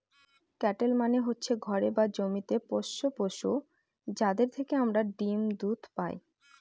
cattle মানে হচ্ছে ঘরে বা জমিতে পোষ্য পশু, যাদের থেকে আমরা ডিম দুধ পায়